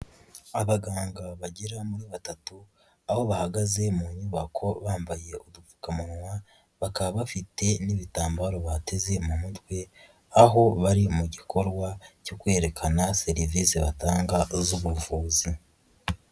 Abaganga bagera muri batatu aho bahagaze mu nyubako bambaye udupfukamunwa, bakaba bafite n'ibitambaro bateze mu mutwe, aho bari mu gikorwa cyo kwerekana serivise batanga z'ubuvuzi.